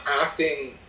acting